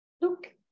Look